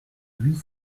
huit